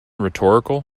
rhetorical